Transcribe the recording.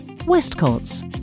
Westcott's